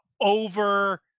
over